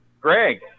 Greg